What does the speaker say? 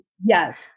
Yes